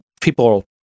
people